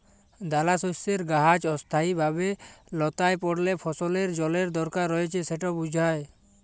দালাশস্যের গাহাচ অস্থায়ীভাবে ল্যাঁতাই পড়লে ফসলের জলের দরকার রঁয়েছে সেট বুঝায়